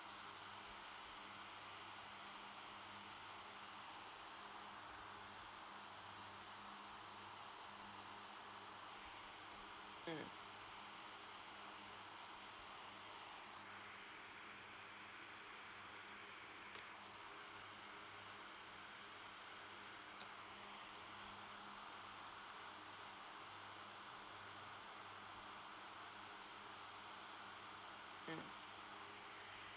mm mm